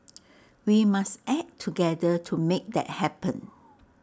we must act together to make that happen